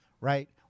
right